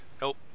Nope